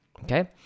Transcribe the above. okay